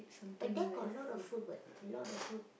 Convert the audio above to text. but there got a lot of food [what] a lot of food